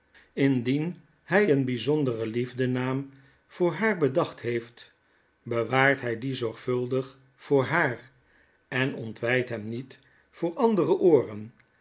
indien hy een byzonderen liefdenaam voor haar bedacht heeft bewaart hy dien zorgvuldig voor haar en ontwydt hem niet voor andere ooren